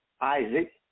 Isaac